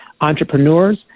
entrepreneurs